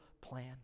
plan